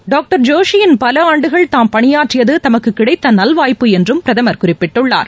doctor ஜோஷியுடன் பல ஆண்டுகள் தாம் பணியாற்றியது தமக்கு கிடைத்த நல்வாய்ப்பு என்றும் பிரதமர் குறிப்பிட்டுள்ளார்